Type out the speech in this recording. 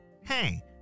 Hey